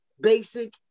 basic